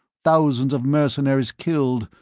thousands of mercenaries killed,